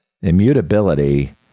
Immutability